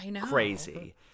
crazy